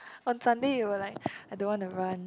on Sunday you'll like I don't want to run